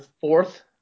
fourth